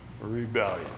Rebellion